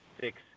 six